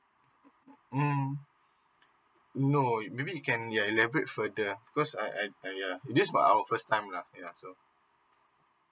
mm no maybe you can yeah elaborate further because I I I uh this by our first time lah yeah so